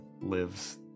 lives